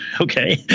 Okay